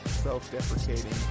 self-deprecating